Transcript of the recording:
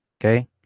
Okay